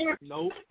Nope